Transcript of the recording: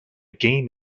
game